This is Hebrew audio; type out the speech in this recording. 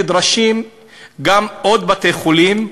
נדרשים גם עוד בתי-חולים,